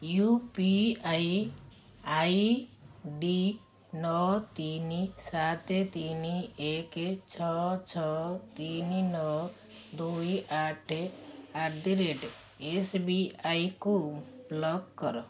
you P I I D ନଅ ତିନି ସାତ ତିନି ଏକ ଛଅ ଛଅ ତିନି ନଅ ଦୁଇ ଆଠ ଆଟ୍ ଦି ରେଟ୍ ଏସ୍ବିଆଇକୁ ବ୍ଲକ୍ କର